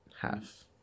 half